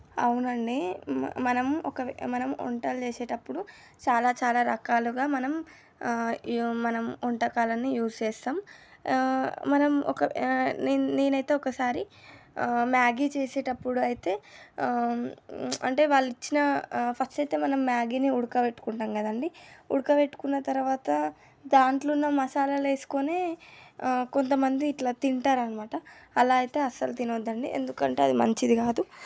అవును అండి మ మనం ఒకవేళ మనం వంటలు చేసేటప్పుడు చాలా చాలా రకాలుగా మనం మనం వంటకాలని యూజ్ చేస్తాము మనం ఒక నే నేనైతే ఒకసారి మ్యాగీ చేసేటప్పుడు అయితే అంటే వాళ్ళు ఇచ్చిన ఫస్ట్ అయితే మనం మ్యాగీని ఉడక పెట్టుకుంటాము కదండీ ఉడకబెట్టుకున్న తరువాత దాంట్లో ఉన్న మసాలాలు వేసుకొని కొంత మంది ఇట్లా తింటారు అన్నమాట అలా అయితే అసలు తినొద్దు అండి ఎందుకంటే అది మంచిది కాదు